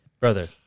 Brother